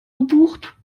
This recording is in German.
gebucht